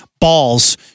balls